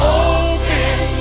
open